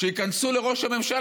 שייכנסו לראש הממשלה.